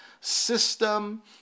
system